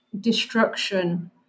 destruction